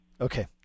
Okay